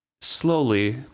Slowly